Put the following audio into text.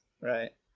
Right